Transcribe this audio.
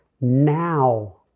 now